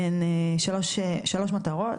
הן שלוש מטרות,